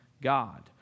God